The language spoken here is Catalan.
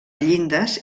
llindes